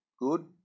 good